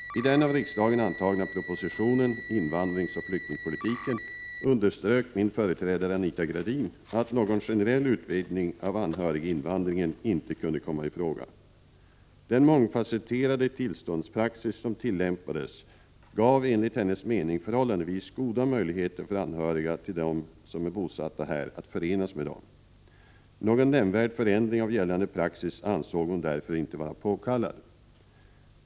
I den av riksdagen antagna propositionen 1983/84:144 Invandringsoch flyktingpolitiken underströk min företrädare Anita Gradin att någon generell utvidgning av anhöriginvandringen inte kunde komma i fråga. Den mångfasetterade tillståndspraxis som tillämpades gav enligt hennes mening förhållandevis goda möjligheter för anhöriga till dem som är bosatta här att förenas med dem. Någon nämnvärd förändring av gällande praxis ansåg hon därför inte vara påkallad.